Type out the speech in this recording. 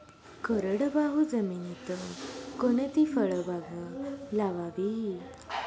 कोरडवाहू जमिनीत कोणती फळबाग लावावी?